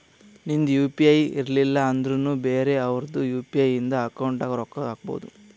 ನಿಂದ್ U P I ಇರ್ಲಿಲ್ಲ ಅಂದುರ್ನು ಬೇರೆ ಅವ್ರದ್ ಯು.ಪಿ.ಐ ಇಂದ ಅಕೌಂಟ್ಗ್ ರೊಕ್ಕಾ ಹಾಕ್ಬೋದು